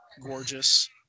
gorgeous